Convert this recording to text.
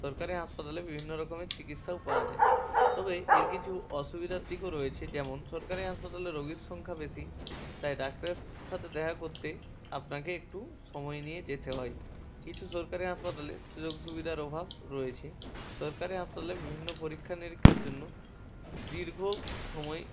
সরকারি হাসপাতালে বিভিন্ন রকম চিকিৎসাও পাওয়া যায় তবে এর কিছু অসুবিধার দিকও রয়েছে যেমন সরকারি হাসপাতালে রোগীর সংখ্যা বেশি তাই ডাক্তারের সাথে দেখা করতে আপনাকে একটু সময় নিয়ে যেতে হয় কিছু সরকারি হাসপাতালে সুযোগ সুবিধার অভাব রয়েছে সরকারি হাসপাতালে বিভিন্ন পরীক্ষা নিরীক্ষার জন্য দীর্ঘ সময়